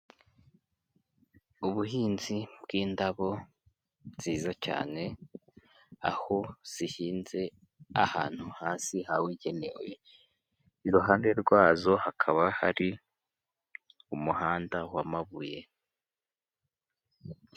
Ubuhinzi bw'indabo nziza cyane aho zihinze ahantu hasi habugenewe, iruhande rwazo hakaba hari umuhanda w'amabuye.